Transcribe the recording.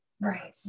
Right